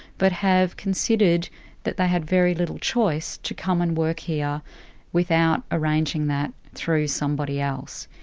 but have considered that they had very little choice to come and work here without arranging that through somebody else.